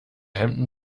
hemden